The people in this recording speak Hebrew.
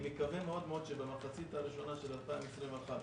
אני מקווה מאוד שבמחצית הראשונה של 2021,